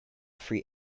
free